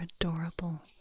adorable